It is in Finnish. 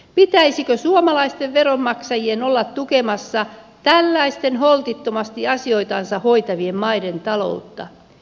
pitäisikö suomalaisten veronmaksajien olla tukemassa tällaisten holtittomasti asioitansa hoitavien maiden taloutta